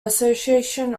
association